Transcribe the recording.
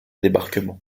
débarquement